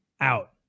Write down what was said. out